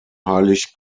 heilig